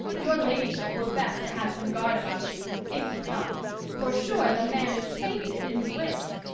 your ladyship were best to have some guard about you, if he come for, sure, the man is tainted in's wits.